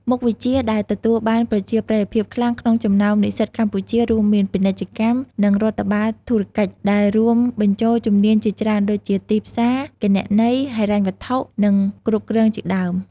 មុខវិជ្ជាដែលទទួលបានប្រជាប្រិយភាពខ្លាំងក្នុងចំណោមនិស្សិតកម្ពុជា រួមមាន ពាណិជ្ជកម្ម និងរដ្ឋបាលធុរកិច្ច ដែលរួមបញ្ចូលជំនាញជាច្រើនដូចជា ទីផ្សារ គណនេយ្យ ហិរញ្ញវត្ថុ និងគ្រប់គ្រងជាដើម។